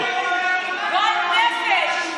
גועל נפש.